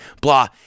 blah